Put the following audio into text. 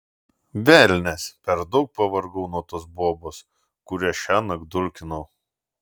velnias per daug pavargau nuo tos bobos kurią šiąnakt dulkinau